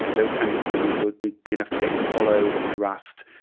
and those kinds of things would would be enough to get you followed and harassed.